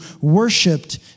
worshipped